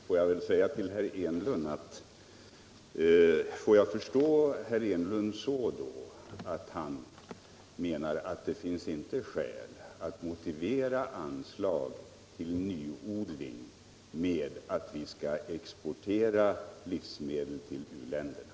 Får jag sedan tolka herr Enlund så att han anser att det inte finns skäl att motivera anslag till nyodling med att vi skall exportera livsmedel till u-länderna?